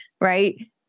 Right